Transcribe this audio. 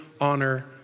honor